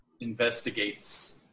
investigates